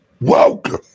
Welcome